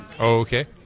Okay